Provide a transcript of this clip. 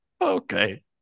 Okay